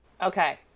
Okay